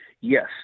Yes